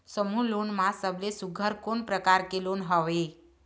समूह लोन मा सबले सुघ्घर कोन प्रकार के लोन हवेए?